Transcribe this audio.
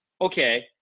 okay